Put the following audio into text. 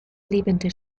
lebende